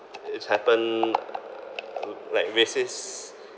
it's happened uh like racist